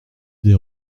des